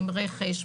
רכש,